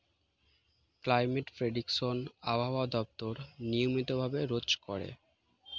climate prediction আবহাওয়া দপ্তর নিয়মিত ভাবে রোজ করে